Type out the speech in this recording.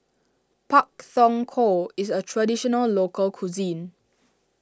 Pak Thong Ko is a Traditional Local Cuisine